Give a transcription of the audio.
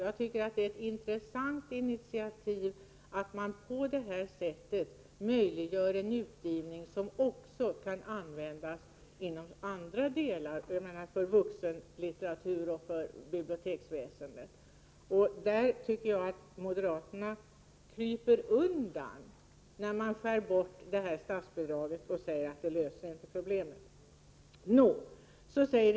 Jag tycker det är ett intressant initiativ att på detta sätt möjliggöra en utgivning som kan användas också på andra håll, såsom vuxenlitteratur och för biblioteksväsendet. Där tycker jag att moderaterna kryper undan, när de skär bort detta statsbidrag och säger att det inte löser problemet.